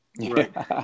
right